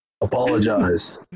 Apologize